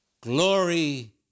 glory